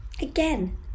again